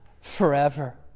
forever